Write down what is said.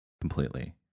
completely